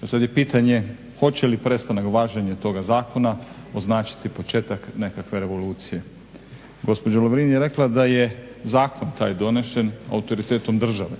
Pa sada je pitanje, hoće li prestanak važenja toga zakona označiti početak nekakve revolucije? Gospođa Lovrin je rekla da je zakon taj donesen autoritetom države.